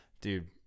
dude